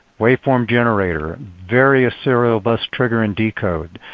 waveform generator, various serial bus trigger and decode.